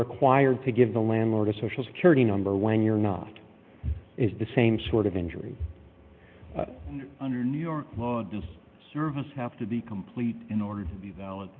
required to give the landlord a social security number when you're not is the same sort of injury under new york law dis service have to be complete in order to be valid